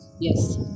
yes